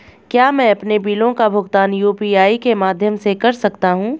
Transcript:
क्या मैं अपने बिलों का भुगतान यू.पी.आई के माध्यम से कर सकता हूँ?